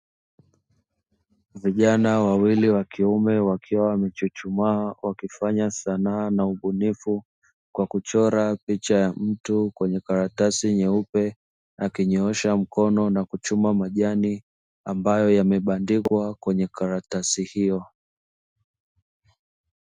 Vijana wawili wakiume wakiwa wamechuchumaa wakifanya sanaa na ubunifu kwa kuchora picha ya mtu kwenye karatasi nyeupe akinyoosha mkono na kuchuma majani ambayo yamebandikwa kwenye karatasi hiyo.